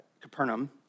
Capernaum